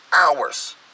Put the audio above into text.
hours